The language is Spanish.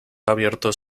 abiertos